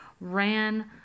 ran